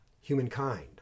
humankind